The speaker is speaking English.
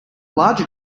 larger